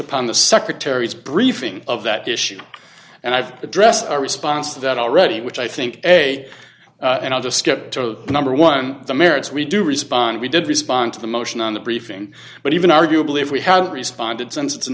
upon the secretary's briefing of that issue and i've addressed a response to that already which i think a and i'll just skip to number one on the merits we do respond we did respond to the motion on the briefing but even arguably if we hadn't responded since it's an